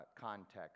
context